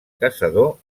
caçador